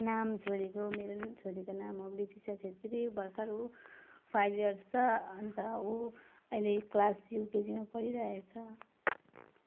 नाम छोरीको मेरो छोरीको नाम हो बिकिसा छेत्री भर्खर ऊ फाइभ इयार्स छ अन्त ऊ अहिले क्लास युकेजीमा पढिरहेको छ